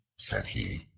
said he,